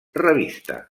revista